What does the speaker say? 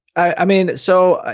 i mean, so,